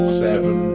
seven